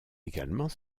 également